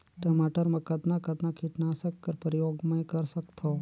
टमाटर म कतना कतना कीटनाशक कर प्रयोग मै कर सकथव?